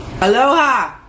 Aloha